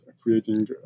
creating